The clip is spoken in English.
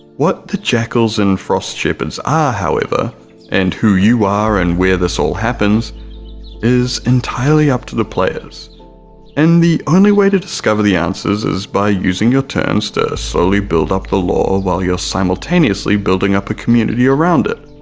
what the jackals and frost shepherds are ah however and who you are and where this all happens is entirely up to the players and the only way to discover the answers is by using your turns to slowly build up the lore while you're simultaneously building up a community around it,